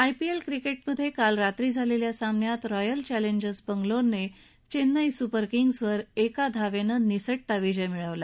IPL क्रिक्ट्मिधक्राल रात्री झालख्या सामन्यात रॉयल चॅलेंजर्स बंगलोरनडिस्टिई सुपरकिंग्जवर एका धावत्तामिसटता विजय मिळवला